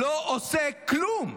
לא עושה כלום.